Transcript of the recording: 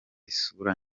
isura